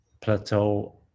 plateau